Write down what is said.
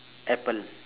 apple